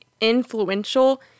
influential